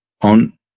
on